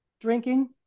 drinking